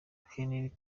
henri